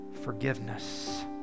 forgiveness